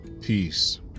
peace